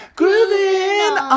grooving